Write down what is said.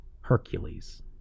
Hercules